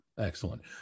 Excellent